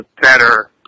better